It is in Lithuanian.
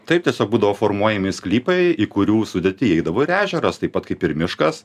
taip tiesiog būdavo formuojami sklypai į kurių sudėtį įeidavo ir ežeras taip pat kaip ir miškas